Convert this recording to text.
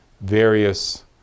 various